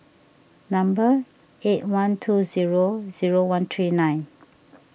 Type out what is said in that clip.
number eight one two zero zero one three nine